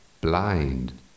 blind